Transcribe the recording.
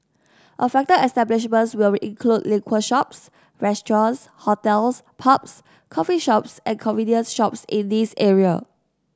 affected establishments will include liquor shops restaurants hotels pubs coffee shops and convenience shops in these areas